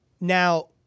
Now